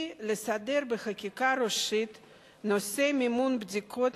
היא לסדר בחקיקה ראשית את נושא מימון בדיקות